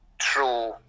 true